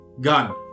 Gun